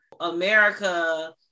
America